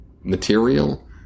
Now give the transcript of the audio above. material